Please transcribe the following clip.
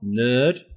nerd